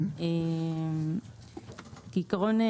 בעיקרון,